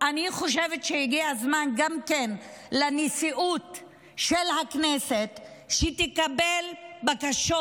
אני חושבת שהגיע הזמן גם שהנשיאות של הכנסת תקבל בקשות